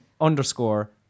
underscore